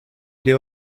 pli